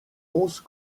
onze